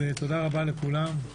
אז תודה רבה לכולם.